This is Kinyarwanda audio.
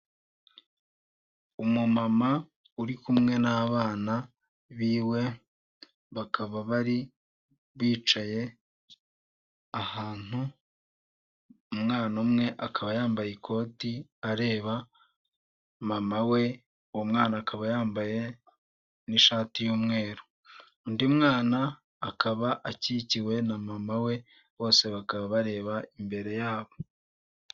Umumama uri kumwe n'abana b'iwe, bakaba bari bicaye ahantu, umwana umwe akaba yambaye ikoti, areba mama we, uwo mwana akaba yambaye n'ishati y'umweru. Undi mwana akaba akikiwe na mama we, bose bakaba bareba imbere yabo.